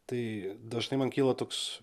tai dažnai man kyla toks